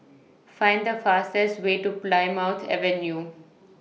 Find The fastest Way to Plymouth Avenue